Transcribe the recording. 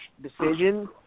decision